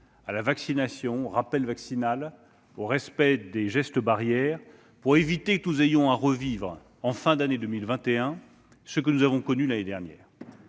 à la vaccination, dont le rappel vaccinal, et au respect des gestes barrières pour éviter que nous ayons à revivre en fin d'année 2021 ce que nous avons connu l'année dernière.